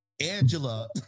Angela